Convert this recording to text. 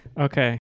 Okay